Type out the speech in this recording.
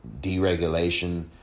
deregulation